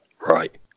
Right